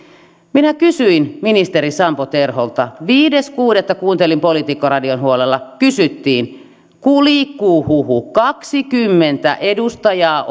minä kysyin ministeri sampo terholta viides kuudetta kuuntelin politiikkaradion huolella jossa kysyttiin liikkuu huhu että kaksikymmentä edustajaa